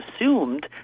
assumed